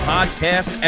Podcast